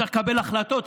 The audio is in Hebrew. צריך לקבל החלטות,